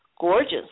gorgeous